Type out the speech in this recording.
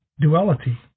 Duality